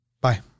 Bye